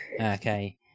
Okay